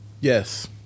Yes